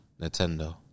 Nintendo